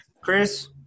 Chris